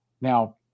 Now